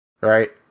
right